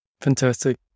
Fantastic